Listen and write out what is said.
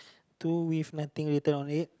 two with nothing written on it